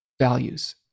values